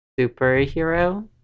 superhero